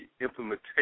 implementation